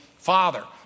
Father